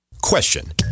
question